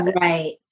Right